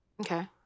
Okay